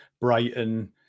brighton